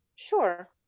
sure